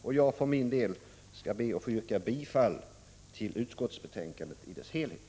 Och jag för min del skall be att få yrka bifall till utskottets hemställan i dess helhet.